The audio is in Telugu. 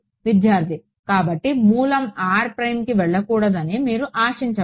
విద్యార్థి కాబట్టి మూలం r ప్రైమ్కి వెళ్లకూడదని మీరు ఆశించవచ్చు